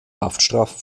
haftstrafen